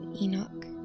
Enoch